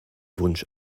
wunsch